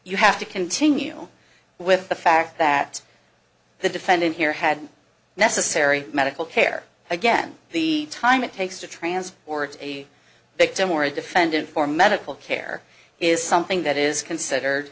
you have to continue with the fact that the defendant here had necessary medical care again the time it takes to transport a victim or a defendant for medical care is something that is considered